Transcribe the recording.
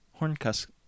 horncus